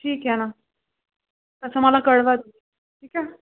ठीक आहे ना तसं मला कळवा ठीक आहे